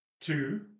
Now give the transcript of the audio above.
Two